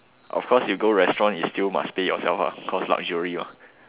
of course you go restaurant you still must pay yourself lah cos like luxury mah